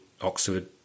Oxford